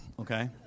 okay